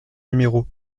numéro